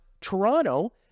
Toronto